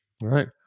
right